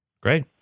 Great